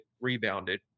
rebounded